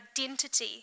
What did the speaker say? identity